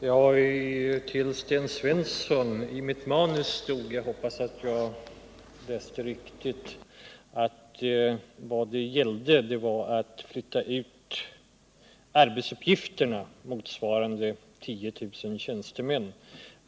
Herr talman! Till Sten Svensson: I mitt manus stod — jag hoppas att jag läste riktigt — att vad det gällde var att flytta ut arbetsuppgifter motsvarande 10 000 tjänstemän.